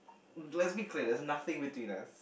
let's be clear there's nothing between us